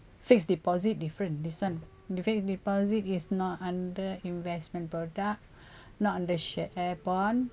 fixed deposit different this one fixed deposit is not under investment product not under share bond